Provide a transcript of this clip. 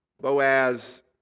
Boaz